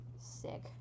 Sick